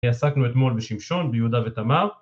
עסקנו אתמול בשמשון ביהודה ותמר